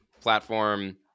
platform